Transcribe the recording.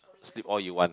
sleep all you want